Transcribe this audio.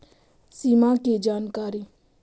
सिमा कि जानकारी?